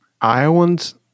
Iowans